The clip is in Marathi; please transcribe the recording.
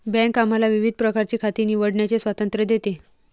बँक आम्हाला विविध प्रकारची खाती निवडण्याचे स्वातंत्र्य देते